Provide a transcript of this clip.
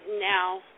now